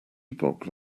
epoch